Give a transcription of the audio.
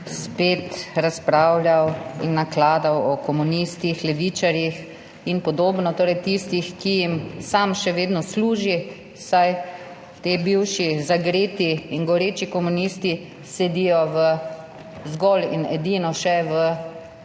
spet razpravljal in nakladal o komunistih, levičarjih in podobno, torej tistih, ki jim sam še vedno služi, saj ti bivši, zagreti in goreči komunisti sedijo zgolj in edino še v